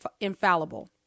infallible